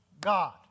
God